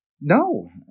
No